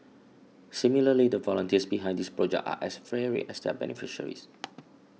similarly the volunteers behind this project are as varied as their beneficiaries